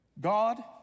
God